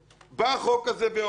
בא החוק הזה ואומר: